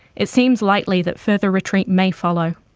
it seems likely that further retreat may follow.